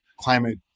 climate